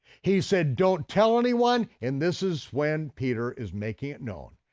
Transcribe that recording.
he said don't tell anyone, and this is when peter is making it known.